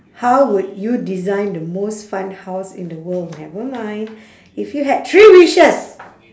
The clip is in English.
how would you design the most fun house in the world never mind if you had three wishes